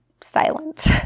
silent